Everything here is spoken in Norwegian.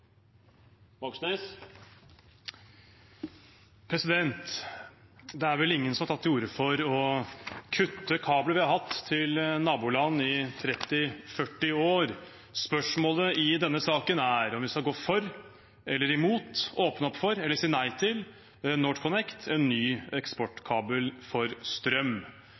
Det er vel ingen som har tatt til orde for å kutte kabler vi har hatt til naboland i 30–40 år. Spørsmålet i denne saken er om vi skal gå for eller imot – åpne opp for eller si nei til – NorthConnect, en ny eksportkabel for strøm.